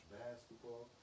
basketball